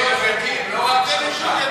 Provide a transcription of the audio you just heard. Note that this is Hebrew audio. לא רק שלושה.